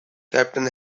captain